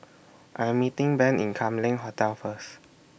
I'm meeting Ben in Kam Leng Hotel First